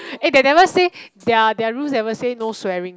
and they never say their their rule never say no swirling